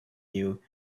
you